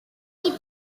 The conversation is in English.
towns